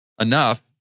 enough